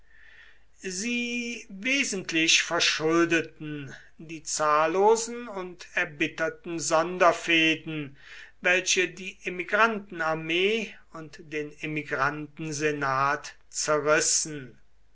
sie wesentlich verschuldeten die zahllosen und erbitterten sonderfehden welche die emigrantenarmee und den emigrantensenat zerrissen